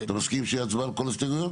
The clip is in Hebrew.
אתה מסכים שתהיה הצבעה על כל ההסתייגויות?